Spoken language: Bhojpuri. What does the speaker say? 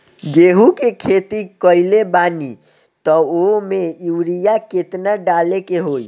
गेहूं के खेती कइले बानी त वो में युरिया केतना डाले के होई?